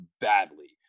badly